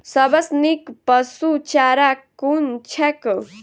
सबसँ नीक पशुचारा कुन छैक?